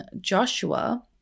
Joshua